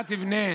תבנה,